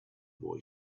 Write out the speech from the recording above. boy